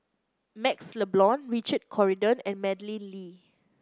MaxLe Blond Richard Corridon and Madeleine Lee